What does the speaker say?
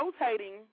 rotating